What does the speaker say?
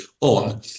on